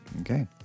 Okay